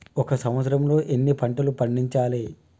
ఒక సంవత్సరంలో ఎన్ని పంటలు పండించాలే?